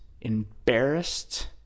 embarrassed